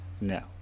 no